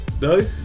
No